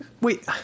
wait